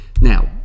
now